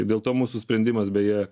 dėl to mūsų sprendimas beje